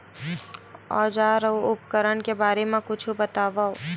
औजार अउ उपकरण के बारे मा कुछु बतावव?